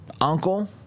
uncle